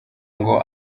ngo